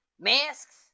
Masks